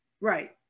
Right